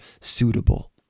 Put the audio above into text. suitable